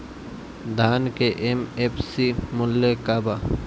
धान के एम.एफ.सी मूल्य का बा?